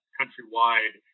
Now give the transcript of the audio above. countrywide